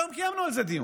היום קיימנו על זה דיון,